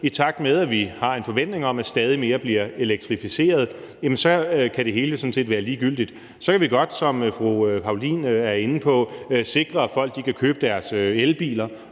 i takt med – det har vi en forventning om – at stadig mere bliver elektrificeret, kan det hele jo sådan set være ligegyldigt. Så kan vi godt, som fru Anne Paulin er inde på, sikre, at folk kan købe deres elbiler,